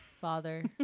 father